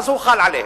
אז הוא חל עליהם.